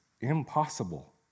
impossible